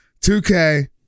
2K